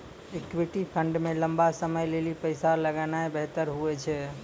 equity fund मे लंबा समय लेली पैसा लगौनाय बेहतर हुवै छै